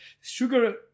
sugar